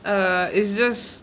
uh it's just